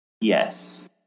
Yes